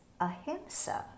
ahimsa